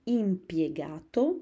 impiegato